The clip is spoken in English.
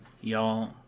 y'all